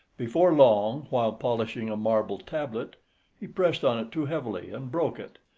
before long, while polishing a marble tablet he pressed on it too heavily and broke it.